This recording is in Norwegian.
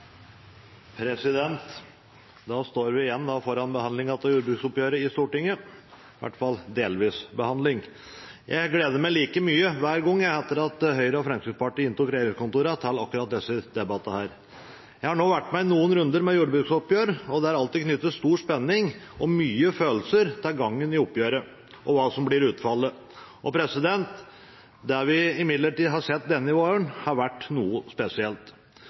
står igjen foran behandlingen av jordbruksoppgjøret i Stortinget, i hvert fall delvis behandling. Jeg gleder meg like mye hver gang, etter at Høyre og Fremskrittspartiet inntok regjeringskontorene, til akkurat disse debattene. Jeg har vært med i noen runder med jordbruksoppgjør, og det er alltid knyttet stor spenning og mye følelser til gangen i oppgjøret og hva som blir utfallet. Det vi imidlertid har sett denne våren, har vært noe spesielt.